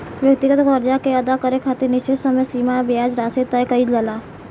व्यक्तिगत कर्जा के अदा करे खातिर निश्चित समय सीमा आ ब्याज राशि तय कईल जाला